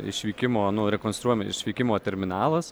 išvykimo nu rekonstruojama išvykimo terminalas